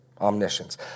omniscience